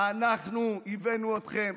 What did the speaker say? אנחנו הבאנו אתכם,